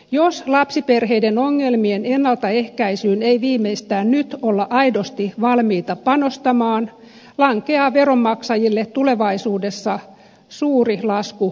jos lapsiperheiden ongelmien ennaltaehkäisyyn ei viimeistään nyt olla aidosti valmiita panostamaan lankeaa veronmaksajille tulevaisuudessa suuri lasku maksettavaksi